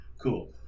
cool